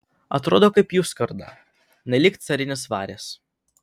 atrodo kaip jų skarda nelyg carinis varis